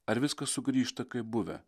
ar viskas sugrįžta kaip buvę